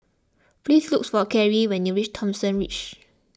please look for Cary when you reach Thomson Ridge